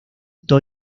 hito